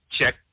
check